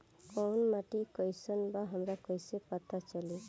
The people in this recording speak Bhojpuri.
कोउन माटी कई सन बा हमरा कई से पता चली?